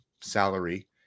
salary